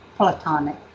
Platonic